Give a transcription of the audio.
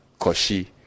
Koshi